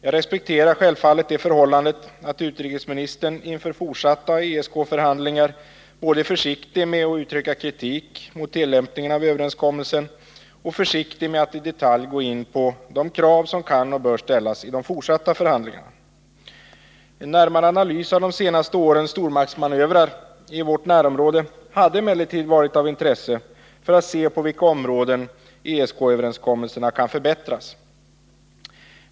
Jag respekterar självfallet det förhållandet att utrikesministern inför fortsatta ESK-förhandlingar både är försiktig med att uttrycka kritik mot tillämpningen av överenskommelsen och försiktig med att i detalj gå in på de krav som kan och bör ställas i de fortsatta förhandlingarna. En närmare analys av de senaste årens stormaktsmanövrar i vårt närområde hade emellertid varit av intresse för att man skulle kunna se på vilka områden ESK-överenskommelsen kan förbättras.